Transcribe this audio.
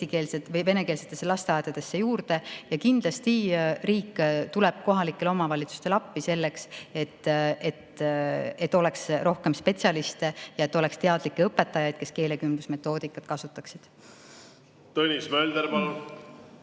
venekeelsetesse lasteaedadesse juurde. Ja kindlasti riik tuleb kohalikele omavalitsustele appi, et oleks rohkem spetsialiste ja teadlikke õpetajaid, kes keelekümblusmetoodikat kasutaksid. Tõnis Mölder,